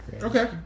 Okay